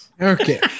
okay